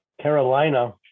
Carolina